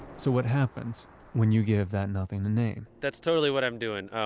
so, what happens when you give that nothing a name? that's totally what i'm doing.